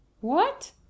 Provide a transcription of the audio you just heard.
What